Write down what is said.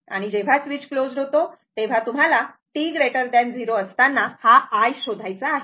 आणि जेव्हा switch closed होतो तेव्हा तुम्हाला t 0 असताना हा i शोधायचा आहे